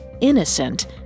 innocent